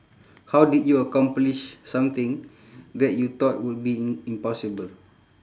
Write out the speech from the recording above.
how did you accomplish something that you thought would be im~ impossible